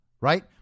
right